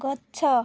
ଗଛ